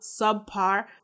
subpar